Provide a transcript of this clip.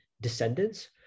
descendants